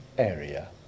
area